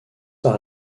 par